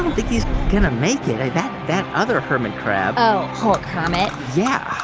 think he's going to make it. that that other hermit crab. oh, hulk hermit yeah,